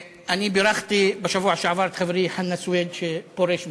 אני בירכתי בשבוע שעבר את חברי חנא סוייד שפורש מהכנסת.